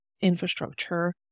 infrastructure